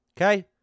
okay